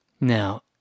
Now